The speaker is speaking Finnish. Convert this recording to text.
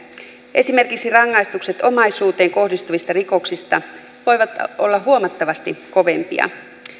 esimerkiksi rangaistukset omaisuuteen kohdistuvista rikoksista voivat olla huomattavasti kovempia